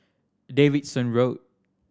Davidson Road